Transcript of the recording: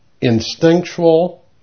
instinctual